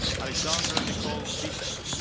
alexandra nicole witek.